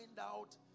out